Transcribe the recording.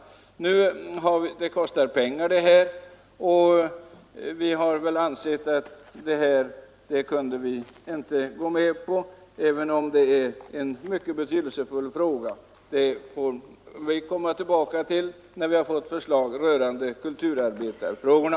Fru Frenkels yrkande kostar pengar, och vi har ansett att vi inte kunde gå med på det, även om det är en mycket betydelsefull fråga. Vi får återkomma till denna fråga när vi har fått förslag rörande kulturarbetarfrågorna.